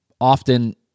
often